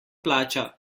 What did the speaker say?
plača